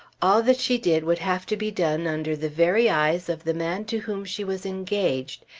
all that she did would have to be done under the very eyes of the man to whom she was engaged,